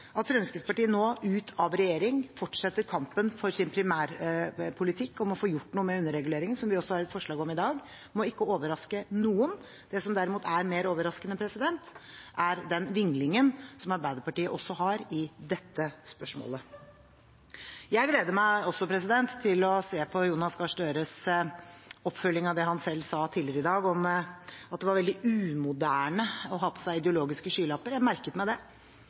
At Fremskrittspartiet nå, ute av regjering, fortsetter kampen for sin primærpolitikk om å få gjort noe med underreguleringen, som vi også har et forslag om i dag, må ikke overraske noen. Det som derimot er mer overraskende, er den vinglingen som Arbeiderpartiet har i dette spørsmålet også. Jeg gleder meg til å se representanten Jonas Gahr Støres oppfølging av det han selv sa tidligere i dag om at det var veldig umoderne å ha på seg ideologiske skylapper. Jeg merket meg det.